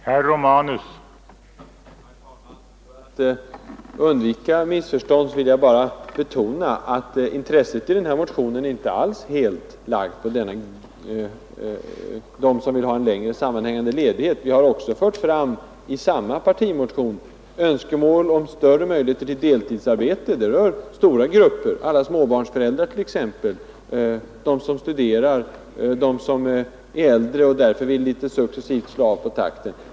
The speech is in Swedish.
Herr talman! För att undvika alla missförstånd vill jag betona att vi i vår motion inte alls har koncentrerat hela intresset på dem som vill ha en längre sammanhängande ledighet. I samma partimotion har vi också fört fram önskemål om större möjligheter till deltidsarbete, och det är en sak som rör stora grupper av människor, t.ex. alla småbarnsföräldrar, dem som studerar och dem som är äldre och därför vill slå av på arbetstakten.